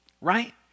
right